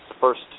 first